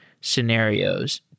scenarios